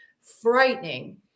frightening